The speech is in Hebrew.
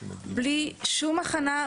זה היה בלי שום הכנה,